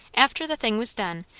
after the thing was done,